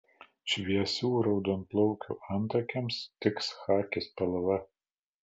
šviesių raudonplaukių antakiams tiks chaki spalva